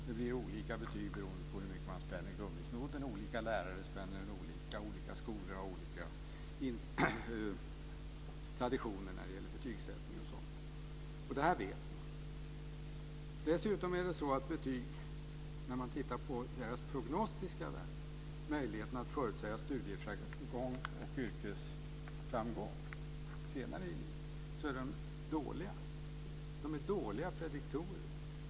Det blir olika betyg beroende på hur mycket man spänner gummisnodden. Olika lärare spänner den olika. Olika skolor har olika traditioner i betygssättning och sådant. För det andra är betygens prognostiska värde - möjligheten att förutsäga studieframgång och yrkesframgång senare i livet - är dåliga. De är dåliga prediktorer.